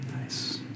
Nice